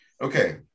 Okay